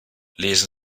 lesen